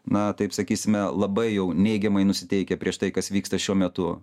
na taip sakysime labai jau neigiamai nusiteikę prieš tai kas vyksta šiuo metu